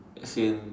as in